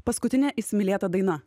paskutinė įsimylėta daina